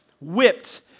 whipped